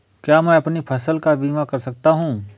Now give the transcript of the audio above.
क्या मैं अपनी फसल का बीमा कर सकता हूँ?